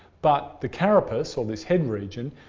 but the carapus, or this head region,